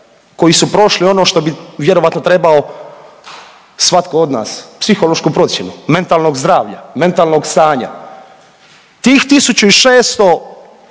koji su prošli ono što bi vjerojatno trebao svatko od nas, psihološku procjenu mentalnog zdravlja, mentalnog stanja. Tih 1.600